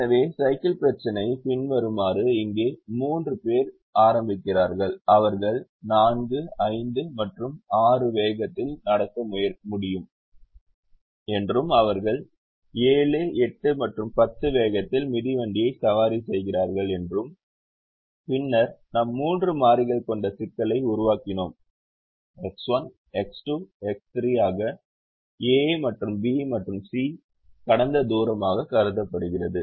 எனவே சைக்கிள் பிரச்சினை பின்வருமாறு இங்கே 3 பேர் ஆரம்பிக்கிறார்கள் அவர்கள் 4 5 மற்றும் 6 வேகத்தில் நடக்க முடியும் என்றும் அவர்கள் 7 8 மற்றும் 10 வேகத்தில் மிதிவண்டியை சவாரி செய்கிறார்கள் என்றும் பின்னர் நாம் மூன்று மாறிகள் கொண்ட சிக்கலை உருவாக்கினோம் x 1 x 2 x 3 ஆக A மற்றும் B மற்றும் C கடந்த தூரமாக கருதப்படுகிறது